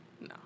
No